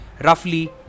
roughly